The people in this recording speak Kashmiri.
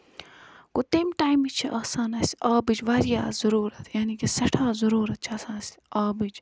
گوٚو تَمہِ ٹایمہٕ چھِ آسان اَسہِ آبٕچ واریاہ ضروٗرت یعنے کہِ سٮ۪ٹھاہ ضروٗرت چھےٚ آسان اَسہِ آبٕچ